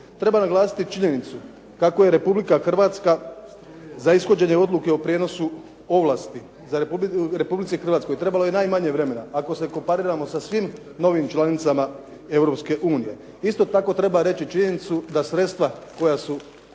Treba naglasiti činjenicu kako je Republika Hrvatska za ishođenje odluke o prijenosu ovlasti Republici Hrvatskoj trebalo je najmanje vremena ako se kompariramo sa svim novim članicama Europske unije. Isto tako treba reći činjenicu da sredstva koja su